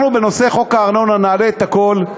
אנחנו בנושא חוק הארנונה נעלה את הכול,